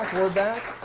we're back.